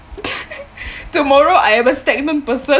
tomorrow I am a stagnant person